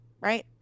right